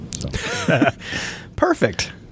Perfect